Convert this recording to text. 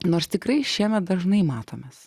nors tikrai šiemet dažnai matomės